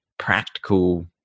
practical